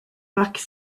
marc